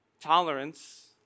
Tolerance